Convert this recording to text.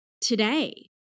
today